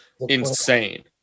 insane